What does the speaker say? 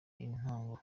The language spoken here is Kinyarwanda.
intango